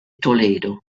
toledo